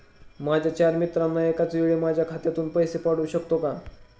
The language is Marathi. माझ्या चार मित्रांना एकाचवेळी माझ्या खात्यातून पैसे पाठवू शकतो का?